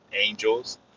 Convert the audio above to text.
Angels